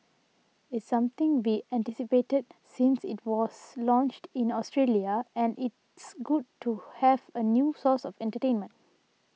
it's something we anticipated since it was launched in Australia and it's good to have a new source of entertainment